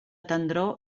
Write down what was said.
tendror